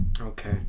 Okay